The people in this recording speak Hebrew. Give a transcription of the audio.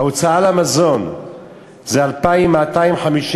ההוצאה על המזון היא 2,251,